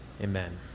amen